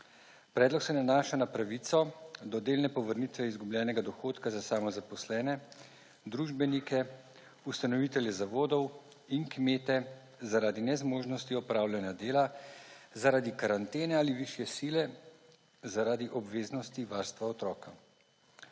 Predlog se nanaša na pravico do delne povrnitve izgubljenega dohodka za samozaposlene, družbenike, ustanovitelje zavodov in kmete, zaradi nezmožnosti opravljanja dela zaradi karantene ali višje sile, zaradi obveznosti varstva otroka.